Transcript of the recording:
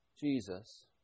Jesus